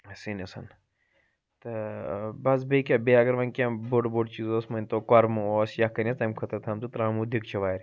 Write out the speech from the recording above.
سِنِسَن تہٕ ٲں بَس بیٚیہِ کیٛاہ بیٚیہِ اَگر وۄنۍ کیٚنٛہہ بوٚڑ بوٚڑ چیٖز اوس مٲنۍ تو کۄرمہٕ اوس یَکھٕنۍ ٲسۍ تَمہِ خٲطرٕ تھَمژٕ ترٛامو دِیگچہٕ وارِ